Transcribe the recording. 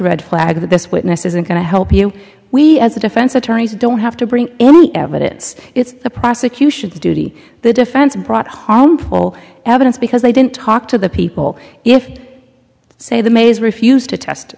red flag that this witness isn't going to help you we as a defense attorneys don't have to bring any evidence it's the prosecution's duty the defense brought harmful evidence because they didn't talk to the people if say the mays refused to test